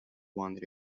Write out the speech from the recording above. one